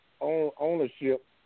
Ownership